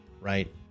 right